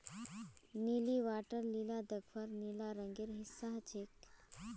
नीली water lily दख्वार नीला रंगेर हिस्सा ह छेक